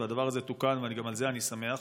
והדבר הזה תוקן וגם על זה אני שמח.